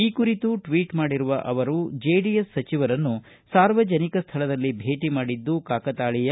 ಈ ಕುರಿತು ಟ್ವೀಟ್ ಮಾಡಿರುವ ಅವರು ಜೆಡಿಎಸ್ ಸಚಿವರನ್ನು ಸಾರ್ವಜನಿಕ ಸ್ಥಳದಲ್ಲಿ ಭೇಟಿ ಮಾಡಿದ್ದು ಕಾಕತಾಳೀಯ